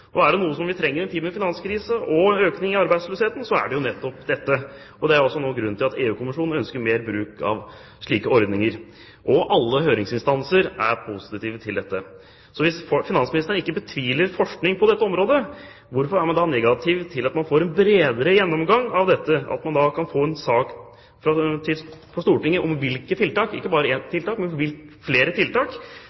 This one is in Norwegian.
Og er det noe vi trenger i en tid med finanskrise og økning i arbeidsløsheten, er det nettopp dette. Det er også grunnen til at EU-kommisjonen ønsker mer bruk av slike ordninger. Og alle høringsinstanser er positive til dette. Hvis finansministeren ikke betviler forskningen på dette området, hvorfor er man da negativ til å få en bredere gjennomgang av dette og få en sak til Stortinget om hvilke tiltak – ikke bare